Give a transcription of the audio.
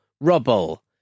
rubble